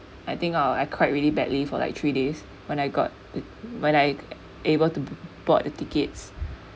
I think ah I cried really badly for like three days when I got uh when I able to bought the tickets